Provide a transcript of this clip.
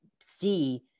see